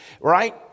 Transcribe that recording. right